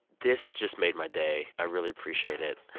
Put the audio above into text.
this just made my day. i really appreciate it.